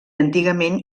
antigament